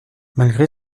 malgré